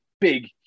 big